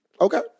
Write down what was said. Okay